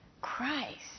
Christ